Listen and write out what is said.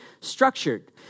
structured